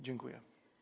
Dziękuję.